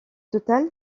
total